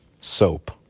soap